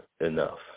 enough